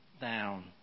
down